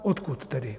Odkud tedy?